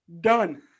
Done